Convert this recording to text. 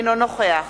אינו נוכח